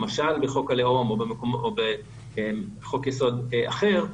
למשל בחוק הלאום או בחוק-יסוד אחר,